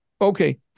okay